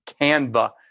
Canva